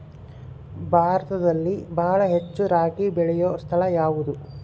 ಭಾರತದಲ್ಲಿ ಬಹಳ ಹೆಚ್ಚು ರಾಗಿ ಬೆಳೆಯೋ ಸ್ಥಳ ಯಾವುದು?